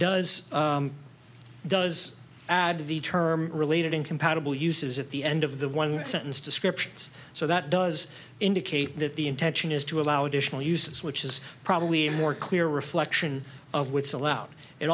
does does add to the term related incompatible uses at the end of the one sentence descriptions so that does indicate that the intention is to allow additional uses which is probably a more clear reflection of what's allowed it